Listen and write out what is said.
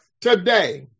today